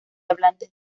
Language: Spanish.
hablantes